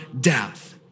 death